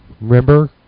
remember